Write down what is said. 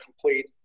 complete